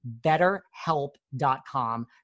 betterhelp.com